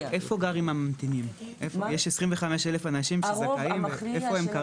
יש 25,000 אנשים שזכאים, איפה הם כרגע?